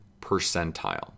percentile